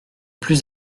plus